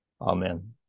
Amen